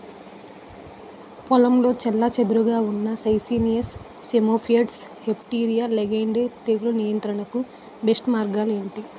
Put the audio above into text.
పొలంలో చెల్లాచెదురుగా ఉన్న నైసియస్ సైమోయిడ్స్ హెమిప్టెరా లైగేయిడే తెగులు నియంత్రణకు బెస్ట్ మార్గాలు ఏమిటి?